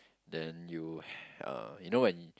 then you uh you know when